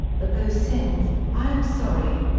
for those sins, i am sorry.